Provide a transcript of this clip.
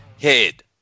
head